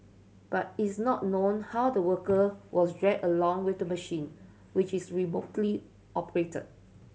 but it's not known how the worker was dragged along with the machine which is remotely operated